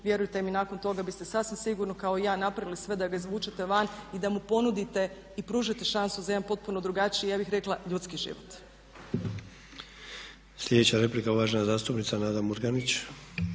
vjerujte mi nakon toga biste sasvim sigurno kao i ja napravili sve da ga izvučete van i da mu ponudite i pružite šansu za jedan potpuno drugačiji ja bih rekla ljudski život. **Sanader, Ante (HDZ)** Sljedeća replika, uvažena zastupnica Nada Murganić.